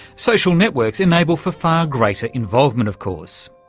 social networks enable for far greater involvement of course.